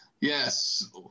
Yes